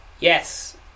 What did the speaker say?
Yes